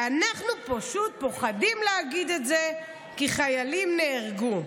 ואנחנו פשוט פוחדים להגיד את זה כי חיילים נהרגו.